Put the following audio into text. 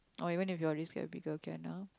oh even if your wrist get bigger can ah